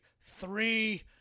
three